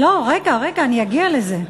רגע, רגע, אני אגיע לזה.